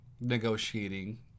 negotiating